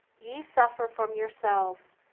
ye suffer from yourselves,